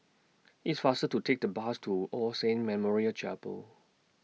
It's faster to Take The Bus to All Saints Memorial Chapel